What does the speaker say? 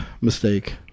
Mistake